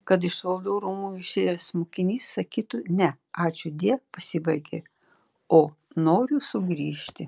kad iš valdovų rūmų išėjęs mokinys sakytų ne ačiūdie pasibaigė o noriu sugrįžti